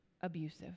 abusive